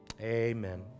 Amen